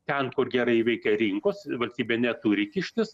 ten kur gerai veikia rinkos valstybė neturi kištis